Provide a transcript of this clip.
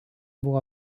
buvo